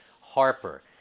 harper